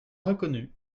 reconnues